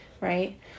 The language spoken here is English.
right